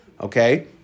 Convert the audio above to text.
Okay